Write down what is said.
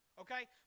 Okay